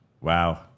Wow